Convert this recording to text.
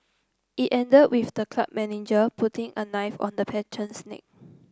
it ended with the club manager putting a knife on the patron's neck